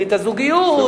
וברית הזוגיות,